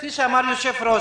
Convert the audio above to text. כפי שאמר היושב-ראש,